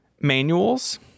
manuals